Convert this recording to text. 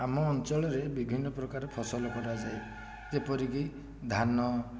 ଆମ ଅଞ୍ଚଳରେ ବିଭିନ୍ନ ପ୍ରକାର ଫସଲ କରାଯାଏ ଯେପରି କି ଧାନ